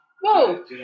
Whoa